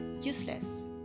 useless